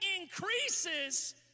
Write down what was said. increases